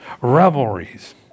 revelries